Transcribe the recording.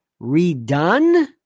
Redone